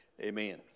Amen